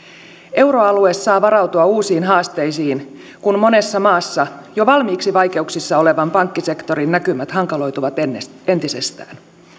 euroalue saa varautua uusiin haasteisiin kun monessa maassa jo valmiiksi vaikeuksissa olevan pankkisektorin näkymät hankaloituvat entisestään entisestään